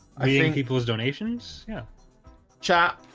ah yeah and keep those donations. yeah chap.